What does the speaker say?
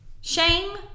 shame